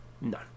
no